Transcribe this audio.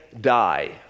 die